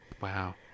Wow